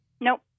Nope